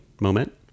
moment